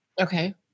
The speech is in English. Okay